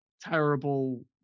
terrible